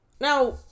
Now